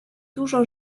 dużo